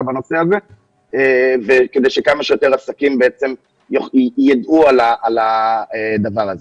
בנושא הזה כדי שכמה שיותר עסקים ידעו על הדבר הזה.